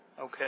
Okay